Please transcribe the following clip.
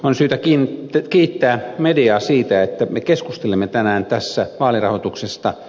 on syytä kiittää mediaa siitä että me keskustelemme tänään tässä vaalirahoituksesta